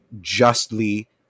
justly